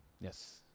Yes